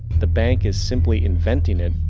the bank is simply inventing it,